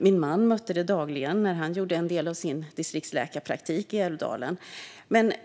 Min man mötte det dagligen när han gjorde en del av sin distriktsläkarpraktik i Älvdalen.